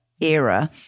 era